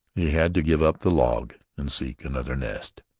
he had to give up the log and seek another nest.